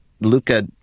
Luca